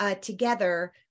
together